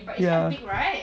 ya